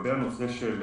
לגבי הנושא של